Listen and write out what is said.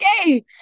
okay